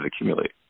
accumulate